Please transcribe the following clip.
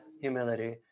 humility